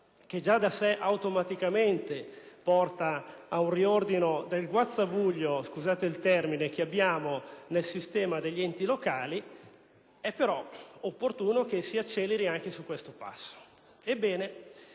che già da sé automaticamente porta a un riordino del guazzabuglio - scusate il termine - presente nel sistema degli enti locali, è opportuno che si acceleri anche su questo